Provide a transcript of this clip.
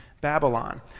Babylon